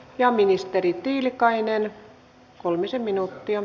ja ministeri tiilikainen kolmisen minuuttia